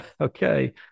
Okay